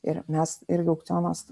ir mes irgi aukcionas